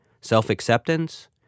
Self-acceptance